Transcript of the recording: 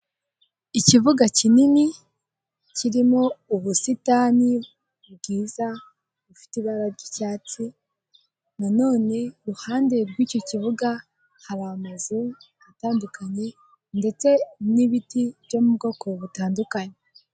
Ikibuga kinini kirimo ubusitani bwiza bufite ibara ry'icyatsi na none iruhande rw'icyo kibuga hari amazu atandukanye ndetse n'ibiti byo mu bwoko butandukanye.